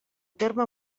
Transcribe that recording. terme